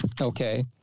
okay